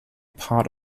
part